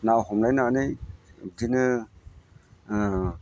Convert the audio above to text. ना हमलायनानै बिदिनो